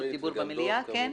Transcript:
נורית וגם דב כמובן.